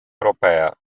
europea